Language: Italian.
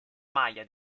maglia